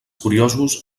curiosos